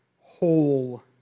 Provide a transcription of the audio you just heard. whole